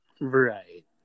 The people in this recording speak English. Right